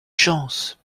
chance